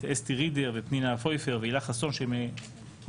את אסתי רידר ופנינה פויפר והילה חסון שהן פועלות